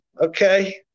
Okay